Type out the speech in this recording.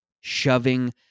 shoving